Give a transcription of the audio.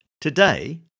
Today